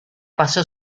pasó